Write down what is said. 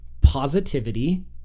positivity